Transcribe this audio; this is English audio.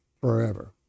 forever